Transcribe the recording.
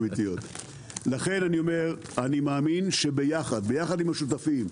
אני מאמין שביחד עם השותפים,